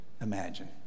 imagine